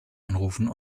anrufen